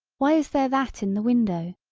why is there that in the window,